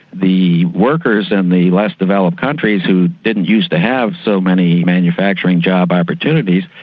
the workers in the less developed countries who didn't use to have so many manufacturing job opportunities,